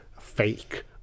fake